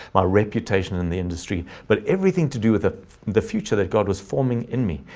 my reputation in the industry, but everything to do with ah the future that god was forming in me.